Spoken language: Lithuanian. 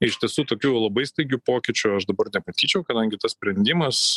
iš tiesų tokių labai staigių pokyčių aš dabar nematyčiau kadangi tas sprendimas